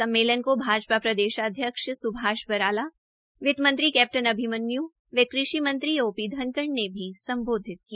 सम्मेलन को भाजपा प्रदेशाध्यक्ष सुभाष बराला वित्त मंत्री कैप्टन अभिमन्य् व कृषि मंत्री ओ पी धनखड़ ने भी संबोधित किया